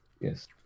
Yes